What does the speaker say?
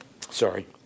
Sorry